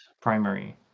primary